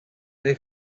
they